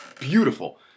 beautiful